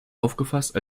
aufgefasst